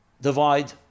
divide